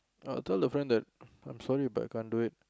ah tell the friend that I'm sorry but I can't do it